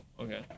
okay